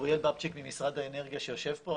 אוריאל בבצ'יק ממשרד האנרגיה שיושב פה,